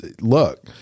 look